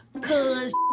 cause,